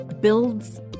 builds